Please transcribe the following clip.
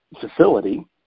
facility